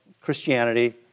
Christianity